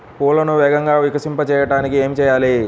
పువ్వులను వేగంగా వికసింపచేయటానికి ఏమి చేయాలి?